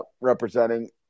representing